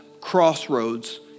crossroads